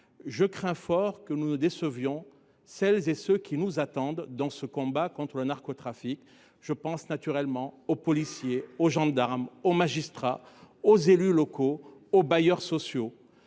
je crains fort que nous ne décevions celles et ceux qui attendent que nous prenions notre part de ce combat contre le narcotrafic. Je pense naturellement aux policiers, aux gendarmes, aux magistrats, aux élus locaux, aux bailleurs sociaux